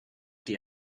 die